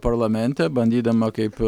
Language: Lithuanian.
parlamente bandydama kaip